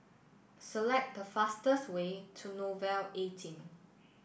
select the fastest way to Nouvel eighteen